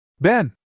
Ben